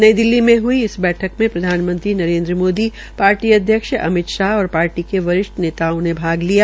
नई दिल्ली में हई इस बैठक में प्रधानमंत्री नरेन्द्र मोदी पार्टी अध्यक्ष अमितशाह और पार्टी के वरिष्ठ नेताओं ने भाग लिया